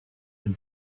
him